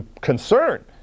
concern